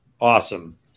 Awesome